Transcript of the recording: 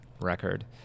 record